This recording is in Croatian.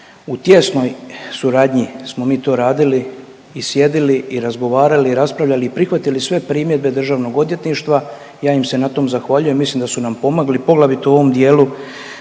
u tijesnoj suradnji smo mi to radili i sjedili i razgovarali i raspravljali i prihvatili sve primjedbe državnog odvjetništva, ja im se na tom zahvaljujem mislim da su nam pomogli, poglavito u ovom dijelu